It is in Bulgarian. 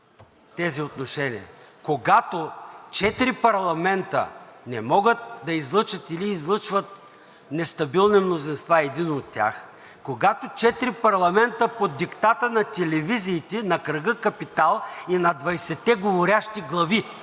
тези отношения. Когато четири парламента не могат да излъчат или излъчват нестабилни мнозинства, единият от тях, когато четири парламента под диктата на телевизиите на кръга „Капитал“ и на 20 те говорящи глави